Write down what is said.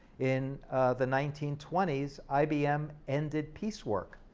in the nineteen twenty s, ibm ended piecework.